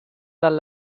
del